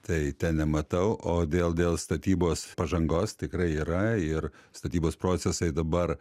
tai ten nematau o dėl dėl statybos pažangos tikrai yra ir statybos procesai dabar